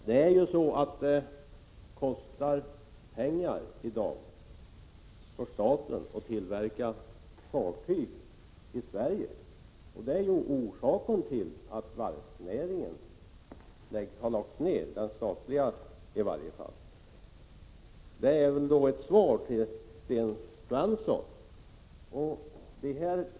Herr talman! Det kostar i dag pengar för staten att tillverka fartyg i Sverige, och det är ju orsaken till att varvsnäringen har lagts ner, den statliga delen i varje fall. Det är väl då ett svar till Sten Svensson.